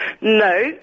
No